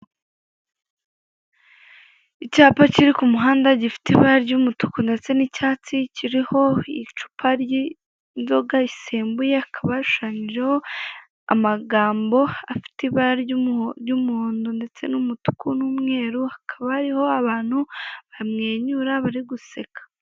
Icyapa kiri ku muhanda gifite ibara ry'umutuku ndetse n'icyatsi, kiriho icupa ry'inzoga risembuye, hakaba hashushanyijeho amagambo afite ibara ry'umuhondo, ndetse n'umutuku n'umweru. Hakaba hariho abatu bamwenyura bari guseka.